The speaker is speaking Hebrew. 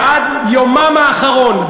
ועד יומם האחרון,